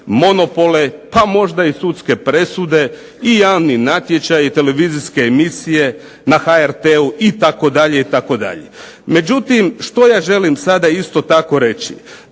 pa možda i sudske presude i javni natječaji i televizijske emisije na HRT-u itd. itd. Međutim, što ja želim sada isto tako reći.